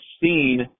seen